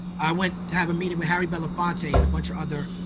i went to have a meeting with harry belafonte and a bunch of other